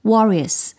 Warriors